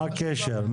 מה הקשר?